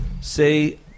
Say